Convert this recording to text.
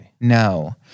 No